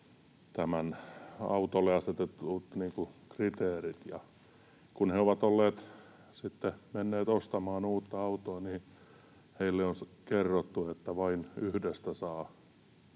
nämä autolle asetetut kriteerit, ja kun he ovat sitten menneet ostamaan uutta autoa, niin heille on kerrottu, että vain yhdestä saa